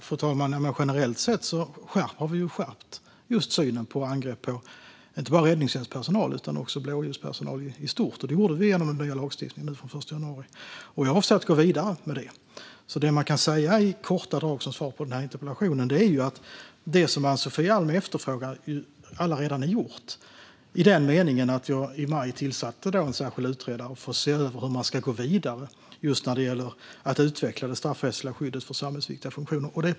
Fru talman! Generellt sett har vi ju skärpt synen på angrepp på såväl räddningstjänstpersonal som blåljuspersonal i stort. Det gjorde vi genom den nya lagstiftningen från den 1 januari, och jag avser att gå vidare med detta. Det man kan säga i korta drag som svar på denna interpellation är att det som Ann-Sofie Alm efterfrågar allaredan är gjort i meningen att jag i maj tillsatte en särskild utredare för att se över hur man ska gå vidare när det gäller att utveckla det straffrättsliga skyddet för samhällsviktiga funktioner.